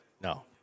No